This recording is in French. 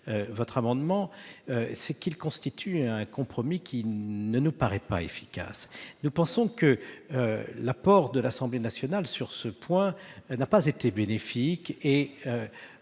votre proposition, c'est qu'elle constitue un compromis qui ne nous paraît pas efficace. Nous pensons que l'apport de l'Assemblée nationale sur ce point, qui consiste à